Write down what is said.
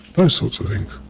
those sorts of things.